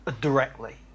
directly